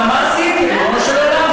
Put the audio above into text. ואז תמיד קופצים בספסלים האלה,